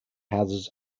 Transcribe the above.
houses